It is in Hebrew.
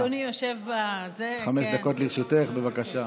במיוחד כשאדוני יושב, חמש דקות לרשותך, בבקשה.